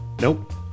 Nope